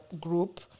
group